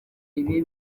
ibi